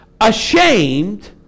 ashamed